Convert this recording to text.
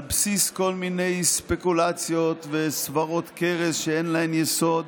על בסיס כל מיני ספקולציות וסברות כרס שאין להן יסוד.